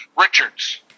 Richards